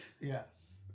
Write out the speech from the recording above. Yes